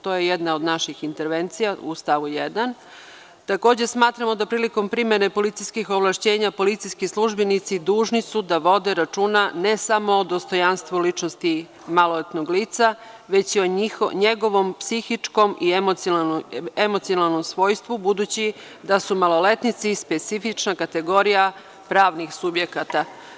To je jedna od naših intervencija u stavu 1. Takođe smatramo da prilikom primene policijskih ovlašćenja, policijski službenici dužni su da vode računa, ne samo o dostojanstvu ličnosti maloletno lica, već i o njegovom psihičkom i emocionalnom svojstvu, budući da su maloletnici specifična kategorija pravnih subjekata.